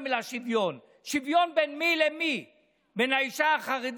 בשביל לשמור על עקרון השוויון במדינת ישראל,